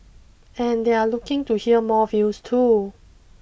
and they're looking to hear more views too